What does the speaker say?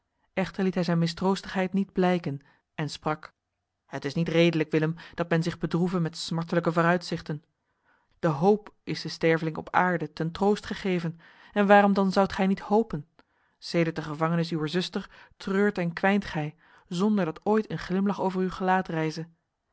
echter liet hij zijn mistroostigheid niet blijken en sprak het is niet redelijk willem dat men zich bedroeve met smartelijke vooruitzichten de hoop is de sterveling op aarde ten troost gegeven en waarom dan zoudt gij niet hopen sedert de gevangenis uwer zuster treurt en kwijnt gij zonder dat ooit een glimlach over uw gelaat rijze